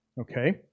Okay